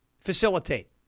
facilitate